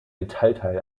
metallteil